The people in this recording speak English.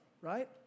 right